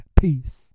Peace